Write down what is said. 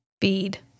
feed